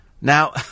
Now